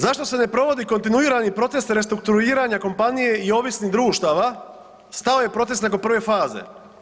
Zašto se ne provodi kontinuirani proces restrukturiranja kompanije i ovisnih društava, stao je proces nakon prve faze?